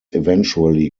eventually